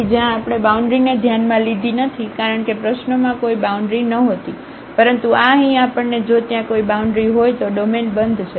તેથી જ્યાં આપણે બાઉન્ડ્રીને ધ્યાનમાં લીધી નથી કારણ કે પ્રશ્નોમાં કોઈ બાઉન્ડ્રી નહોતી પરંતુ આ અહીં આપણને જો ત્યાં કોઈ બાઉન્ડ્રી હોય તો ડોમેન બંધ છે